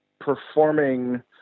performing